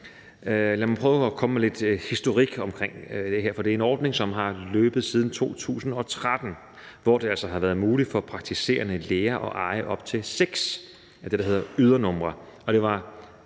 Lad mig prøve at komme med lidt historik om det her, for det er en ordning, som har løbet siden 2013, hvor det altså har været muligt for praktiserende læger at eje op til seks af det, der hedder ydernumre.